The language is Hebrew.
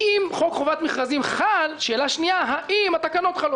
אם חוק חובת מכרזים חל השאלה השנייה היא האם התקנות חלות.